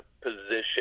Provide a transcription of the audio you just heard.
position